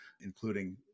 including